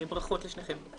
ברכות לשניכם.